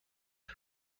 گوش